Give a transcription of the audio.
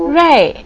right